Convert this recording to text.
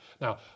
Now